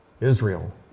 Israel